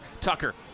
Tucker